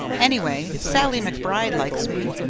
anyway, sallie mcbride likes me!